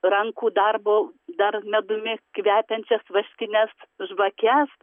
rankų darbo dar medumi kvepiančias vaškines žvakes